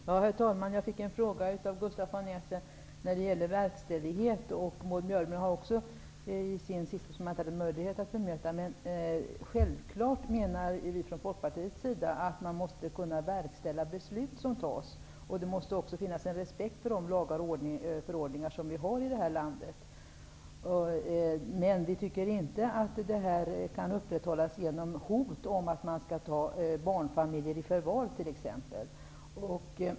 Herr talman! Gustaf von Essen ställde en fråga till mig om verkställigheten. Maud Björnemalm har också ställt en fråga som jag tidigare inte hade möjlighet att bemöta. Självklart menar vi i Folkpartiet att det måste vara möjligt att verkställa beslut som fattats. Det måste också finnas en respekt för lagar och förordningar i vårt land. Men vi tycker inte att den kan upprätthållas genom hot om att t.ex. barnfamiljer skall tas i förvar.